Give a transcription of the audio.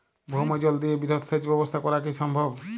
ভৌমজল দিয়ে বৃহৎ সেচ ব্যবস্থা করা কি সম্ভব?